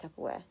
Tupperware